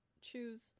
choose